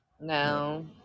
No